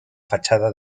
fachada